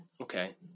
okay